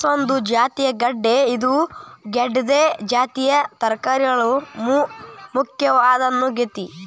ಗೆಣಸ ಒಂದು ಜಾತಿಯ ಗೆಡ್ದೆ ಇದು ಗೆಡ್ದೆ ಜಾತಿಯ ತರಕಾರಿಯೊಳಗ ಮುಖ್ಯವಾದದ್ದಾಗೇತಿ